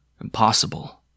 impossible